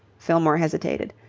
fillmore hesitated.